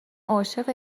عاشق